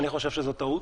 אני חושב שזו טעות.